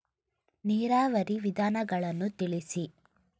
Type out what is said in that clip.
ನೀರಾವರಿಯ ವಿಧಾನಗಳನ್ನು ತಿಳಿಸಿ?